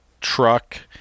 truck